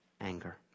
anger